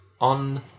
on